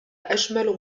أجمل